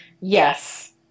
Yes